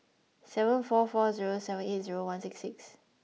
seven four four zero seven eight zero one six six